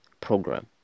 program